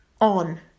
on